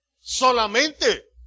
solamente